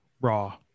Raw